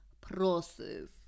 process